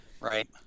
right